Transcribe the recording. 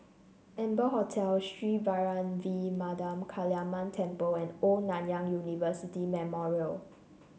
Amber Hotel Sri Vairavimada Kaliamman Temple and Old Nanyang University Memorial